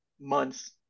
months